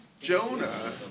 Jonah